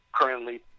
currently